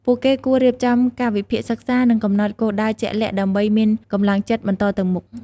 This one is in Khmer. ពួកគេគួររៀបចំកាលវិភាគសិក្សា និងកំណត់គោលដៅជាក់លាក់ដើម្បីមានកម្លាំងចិត្តបន្តទៅមុខ។